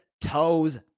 toes